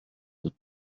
dydw